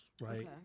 right